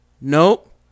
nope